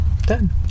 done